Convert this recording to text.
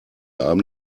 arm